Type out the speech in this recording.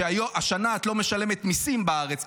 שהשנה את לא משלמת מיסים בארץ,